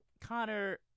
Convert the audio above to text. Connor